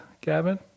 Gavin